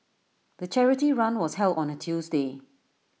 the charity run was held on A Tuesday